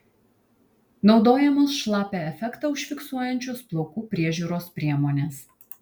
naudojamos šlapią efektą užfiksuojančios plaukų priežiūros priemonės